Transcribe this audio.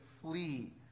flee